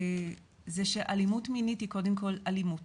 זה שאלימות מינית היא קודם כל אלימות